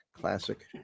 classic